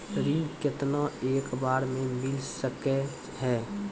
ऋण केतना एक बार मैं मिल सके हेय?